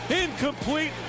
incomplete